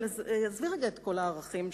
אבל עזבי לרגע את כל הערכים שלך.